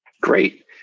Great